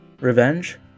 revenge